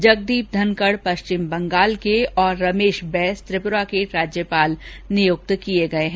जगदीप धनकड़ पश्चिम बंगाल के तथा रमेश बैस त्रिप्रा के राज्यपाल नियक्त किए गए हैं